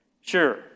sure